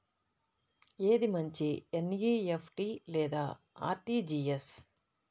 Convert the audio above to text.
ఏది మంచి ఎన్.ఈ.ఎఫ్.టీ లేదా అర్.టీ.జీ.ఎస్?